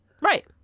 Right